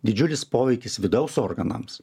didžiulis poveikis vidaus organams